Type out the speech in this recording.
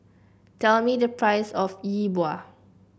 tell me the price of Yi Bua